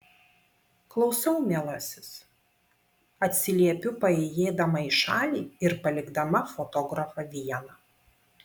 klausau mielasis atsiliepiu paėjėdama į šalį ir palikdama fotografą vieną